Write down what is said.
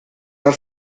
are